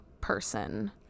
person